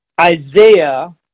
Isaiah